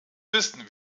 wissen